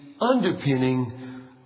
underpinning